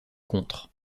contre